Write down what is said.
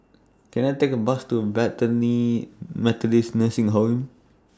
Can I Take A Bus to Bethany Methodist Nursing Home